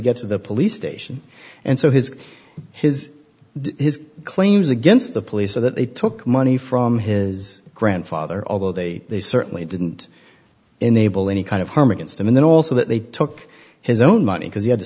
get to the police station and so his his his claims against the police so that they took money from his grandfather although they certainly didn't enable any kind of harm against him and then also they took his own money because he had to